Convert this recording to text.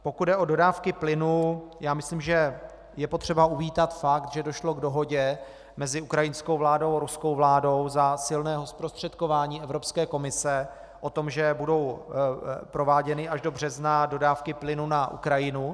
Pokud jde o dodávky plynu, myslím, že je potřeba uvítat fakt, že došlo k dohodě mezi ukrajinskou vládou a ruskou vládou za silného zprostředkování Evropské komise o tom, že budou prováděny až do března dodávky plynu na Ukrajinu.